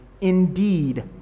Indeed